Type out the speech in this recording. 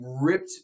ripped